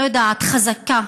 לא יודעת, חזקה